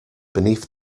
beneath